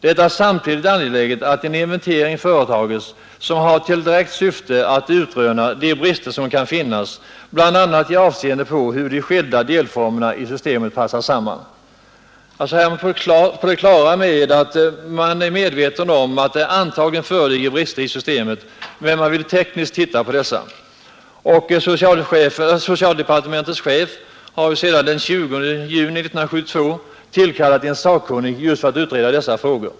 Det är samtidigt angeläget att en inventering företas, som har till direkt syfte att utröna de brister som kan finnas bl.a. i avseende på hur de skilda delformerna i systemet passar samman.” Man är medveten om att det antagligen föreligger brister i systemet, men man vill tekniskt granska dessa. Socialdepartementets chef tillkal lade den 20 juni 1972 en sakkunnig för att utreda dessa frågor.